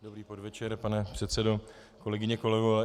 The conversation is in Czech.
Dobrý podvečer, pane předsedo, kolegyně, kolegové.